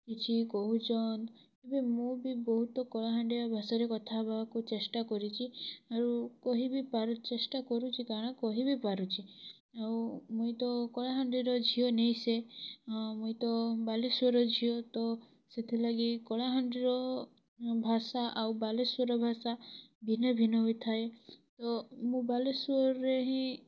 କିଛି କହୁଚନ୍ ଏବେ ମୁଁ ବି ବହୁତ କଳାହାଣ୍ଡିଆ ଭାଷାରେ କଥା ହେବାକୁ ଚେଷ୍ଟା କରିଛି ଆରୁ କହି ବି ପାରୁ ଚେଷ୍ଟା କରୁଚି କାଣା କହି ବି ପାରୁଛି ଆଉ ମୁଇଁ ତ କଳାହାଣ୍ଡିର ଝିଅ ନେଇଁ ସେ ମୁଇଁ ତ ବାଲେଶ୍ୱରର ଝିଅ ତ ସେଥିଲାଗି କଳାହାଣ୍ଡିର ଭାଷା ଆଉ ବାଲେଶ୍ୱରର ଭାଷା ଭିନ୍ନ ଭିନ୍ନ ହୋଇଥାଏ ଓ ମୁଁ ବାଲେଶ୍ୱରରେ ହିଁ